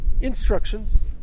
instructions